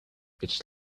its